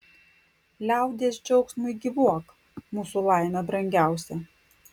liaudies džiaugsmui gyvuok mūsų laime brangiausia